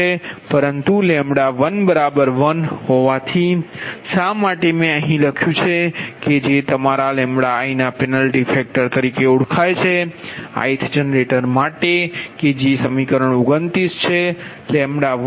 પરંતુ L11તેથી તે શા માટે મે અહીં લખ્યું છે કે જે તમારા Liના પેન્લટી ફેક્ટર તરીકે ઓળખાય છે ith જનરેટર માટે કે જે સમીકરણ 29 છે